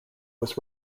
was